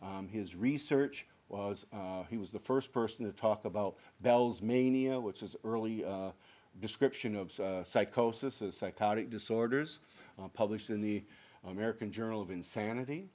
his research was he was the first person to talk about bell's mania which is early description of psychosis of psychotic disorders published in the american journal of insanity